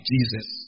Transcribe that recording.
Jesus